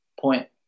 point